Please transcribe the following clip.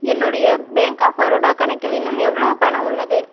என்னுடைய bank of Baroda கணக்கில் இன்னும் எவ்வளவு பணம் உள்ளது